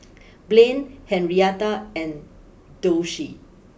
Blaine Henrietta and Dulcie